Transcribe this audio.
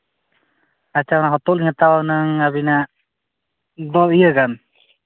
ᱟᱪᱪᱷᱟ ᱦᱚᱛᱚᱫ ᱞᱤᱧ ᱦᱟᱛᱟᱣᱟ ᱦᱩᱱᱟᱹᱝ ᱟᱹᱵᱤᱱᱟᱜ ᱫᱚ ᱤᱭᱟᱹ ᱜᱟᱱ